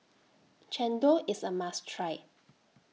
Chendol IS A must Try